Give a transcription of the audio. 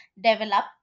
develop